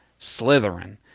Slytherin